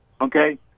Okay